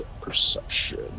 perception